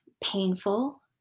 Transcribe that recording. painful